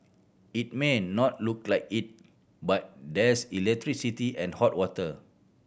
it may not look like it but there's electricity and hot water